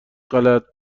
غلط